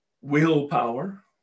willpower